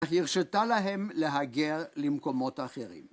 הרשתה להם להגר למקומות אחרים.